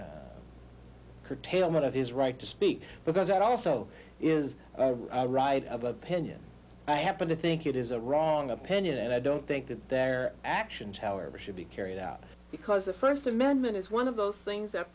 the curtailment of his right to speak because that also is right of opinion i happen to think it is a wrong opinion and i don't think that their actions however should be carried out because the st amendment is one of those things that